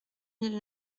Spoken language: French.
mille